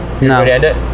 No